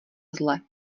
zle